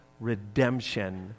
redemption